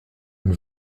une